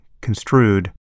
construed